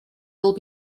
will